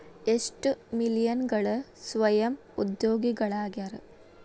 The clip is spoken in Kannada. ಎಷ್ಟ ಮಿಲೇನಿಯಲ್ಗಳ ಸ್ವಯಂ ಉದ್ಯೋಗಿಗಳಾಗ್ಯಾರ